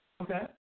Okay